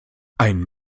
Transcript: ein